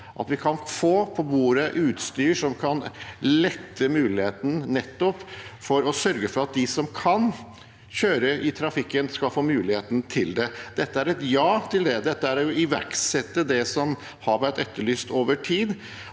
at vi kan få på bordet utstyr nettopp for å sørge for at de som kan kjøre i trafikken, skal få muligheten til det. Dette er et ja til det, dette er å iverksette det som har vært etterlyst over tid.